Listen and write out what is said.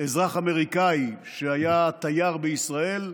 אזרח אמריקאי שהיה תייר בישראל,